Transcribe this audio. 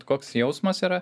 koks jausmas yra